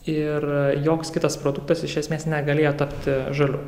ir joks kitas produktas iš esmės negalėjo tapti žaliu